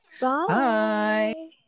bye